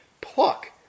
pluck